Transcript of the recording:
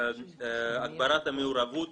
הגברת המעורבות